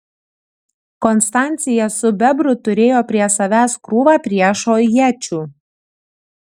konstancija su bebru turėjo prie savęs krūvą priešo iečių